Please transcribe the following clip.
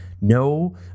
No